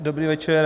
Dobrý večer.